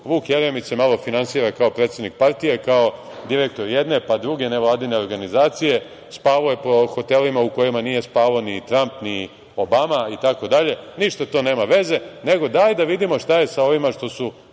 Vuk Jeremić se malo finansira kao predsednik partije, kao direktor jedne, pa druge nevladine organizacije. Spavao je po hotelima u kojima nije spavao ni Tramp, ni Obama itd. Ništa to nema veze, nego dajte da vidimo šta je sa ovima što su